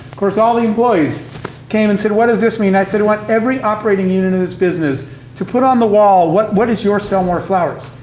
of course all the employees came and said, what does this mean? i said, i want every operating unit of this business to put on the wall, what what is your sell more flowers.